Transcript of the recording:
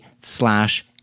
slash